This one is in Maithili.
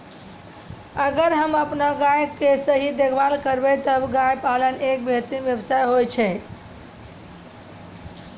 अगर हमॅ आपनो गाय के सही देखभाल करबै त गाय पालन एक बेहतरीन व्यवसाय होय छै